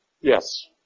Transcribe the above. Yes